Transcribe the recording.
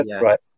right